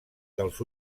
dels